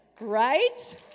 Right